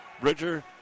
Bridger